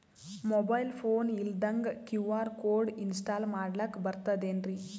Mobile phone ಇಲ್ದಂಗ QR code install ಮಾಡ್ಲಕ ಬರ್ತದೇನ್ರಿ?